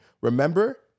Remember